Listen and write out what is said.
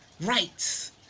rights